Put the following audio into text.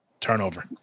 turnover